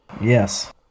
Yes